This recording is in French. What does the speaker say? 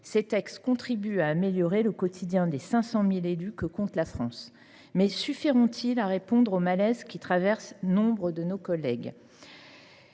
Ces textes contribuent à améliorer le quotidien des 500 000 élus que compte la France. Mais suffiront ils à répondre au malaise qui s’empare de nombre de nos collègues